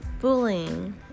bullying